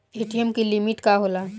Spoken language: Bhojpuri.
ए.टी.एम की लिमिट का होला?